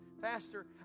faster